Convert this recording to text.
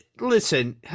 Listen